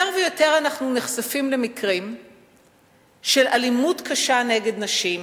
יותר ויותר אנחנו נחשפים למקרים של אלימות קשה נגד נשים,